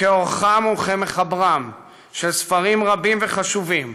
כעורכם וכמחברם של ספרים רבים וחשובים